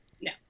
No